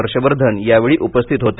हर्षवर्धन यावेळी उपस्थित होते